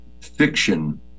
fiction